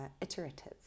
iterative